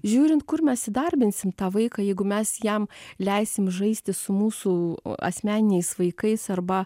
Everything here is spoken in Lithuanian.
žiūrint kur mes įdarbinsim tą vaiką jeigu mes jam leisim žaisti su mūsų asmeniniais vaikais arba